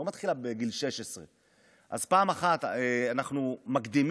לא מתחילה בגיל 16. אז פעם אחת אנחנו מקדימים